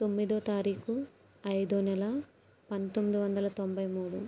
తొమ్మిదో తారీఖు ఐదవ నెల పంతొమ్మిది వందల తొంభై మూడు